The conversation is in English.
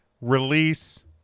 release